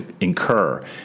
incur